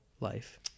life